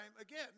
again